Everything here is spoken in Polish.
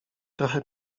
trochę